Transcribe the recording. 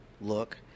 look